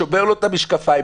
שובר לו את המשקפיים,